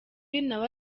nawe